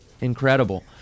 incredible